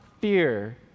fear